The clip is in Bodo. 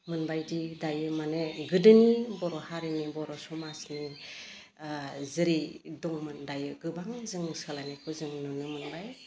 मोनबायदि दायो माने गोदोनि बर' हारिनि बर' समाजनि जेरै दंमोन दायो गोबां जों सोलायनायखौ जों नुनो मोनबाय